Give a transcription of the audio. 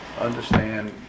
understand